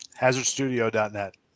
Hazardstudio.net